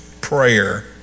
prayer